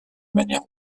manière